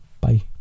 bye